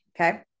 Okay